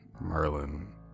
Merlin